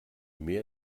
mehr